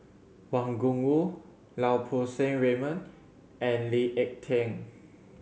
Wang Gungwu Lau Poo Seng Raymond and Lee Ek Tieng